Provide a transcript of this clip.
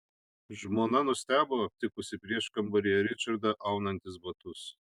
žmona nustebo aptikusi prieškambaryje ričardą aunantis batus